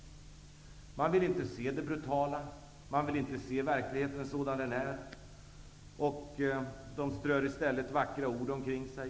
Man vill inte se det brutala. Man vill inte se verkligheten sådan den är. Man strör i stället vackra ord omkring sig.